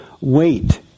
Wait